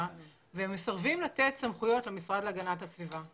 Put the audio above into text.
והם מסרבים לתת סמכויות למשרד להגנת הסביבה.